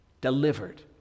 Delivered